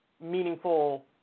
meaningful